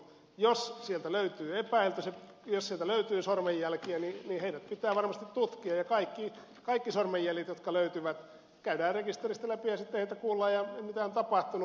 jos sieltä löytyy epäilty jos sieltä löytyy sormenjälkiä niin heidät pitää varmasti tutkia ja kaikki sormenjäljet jotka löytyvät käydään rekisteristä läpi ja sitten heitä kuullaan mitä on tapahtunut